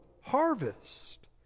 harvest